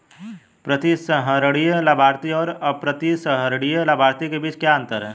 प्रतिसंहरणीय लाभार्थी और अप्रतिसंहरणीय लाभार्थी के बीच क्या अंतर है?